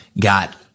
got